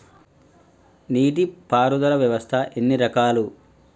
నీటి పారుదల వ్యవస్థ ఎన్ని రకాలు?